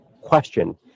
question